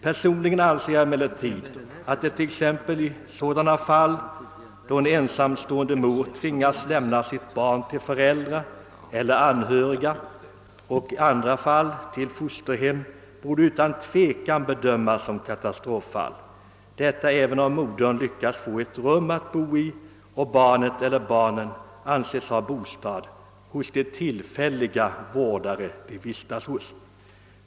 Personligen anser jag emellertid att t.ex. sådana fall som då en ensamstående mor tvingas lämna sina barn till sina föräldrar eller andra anhöriga eller till fosterhem utan tvekan borde bedömas som katastroffall, även om modern lyckats få ett rum att bo i och barnet eller barnen anses ha bostad hos de tillfälliga vårdare de vistas hos.